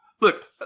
Look